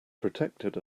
protected